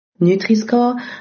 NutriScore